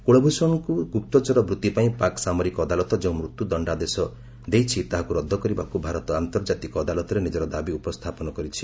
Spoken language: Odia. କୁଳଭୂଷଣଙ୍କୁ ଗୁପ୍ତଚର ବୃତ୍ତି ପାଇଁ ପାକ୍ ସାମରିକ ଅଦାଲତ ଯେଉଁ ମୃତ୍ୟୁଦଣ୍ଡ ଆଦେଶ ଦେଇଛି ତାହାକୁ ରଦ୍ଦ କରିବାକୁ ଭାରତ ଆନ୍ତର୍ଜାତିକ ଅଦାଲତରେ ନିଜର ଦାବି ଉପସ୍ଥାପନ କରିଛି